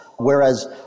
Whereas